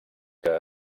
que